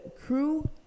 crew